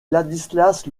ladislas